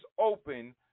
open